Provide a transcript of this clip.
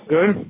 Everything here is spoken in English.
Good